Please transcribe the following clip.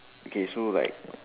okay so like